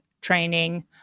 training